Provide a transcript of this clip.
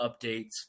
updates